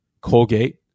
Colgate